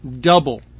double